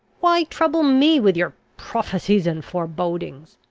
why trouble me with your prophecies and forebodings?